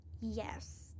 Yes